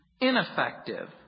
ineffective